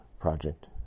project